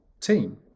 team